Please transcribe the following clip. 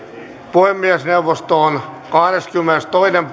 puhemiesneuvosto on kahdeskymmenestoinen